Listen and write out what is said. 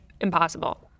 impossible